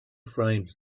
framed